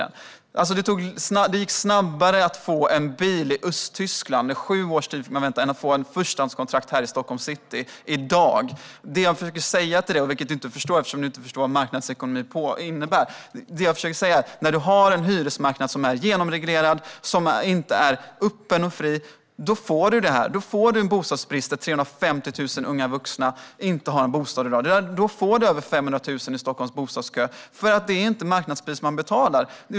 Det gick alltså snabbare att få en bil i Östtyskland, med sju års väntetid, än att det går att få ett förstahandskontrakt här i Stockholms city i dag. Det jag försöker säga till dig, Nooshi Dadgostar, vilket du inte förstår eftersom du inte förstår vad marknadsekonomi innebär, är att när vi har en hyresmarknad som är genomreglerad, som inte är öppen och fri, då får vi en bostadsbrist där 350 000 unga vuxna inte har en bostad. Då får vi över 500 000 i Stockholms bostadskö, för det är inte marknadspris man betalar.